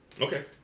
Okay